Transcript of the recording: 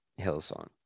Hillsong